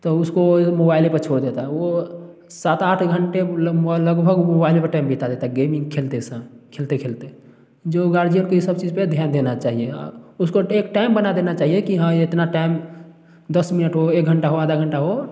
तो उसको ओही मोबाइल पर छोड़ देता है वो सात आठ घंटे लगभग वो मोबाइले पर टाइम बिता देता है गेमिंग खेलते समय खेलते खेलते जो गार्जियन को ये सब चीज पर ध्यान देना चाहिए उसको एक टाइम बना देना चाहिए कि हाँ इतना टाइम दस मिनट हो एक घंटा आधा घंटा हो